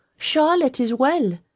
charlotte is well,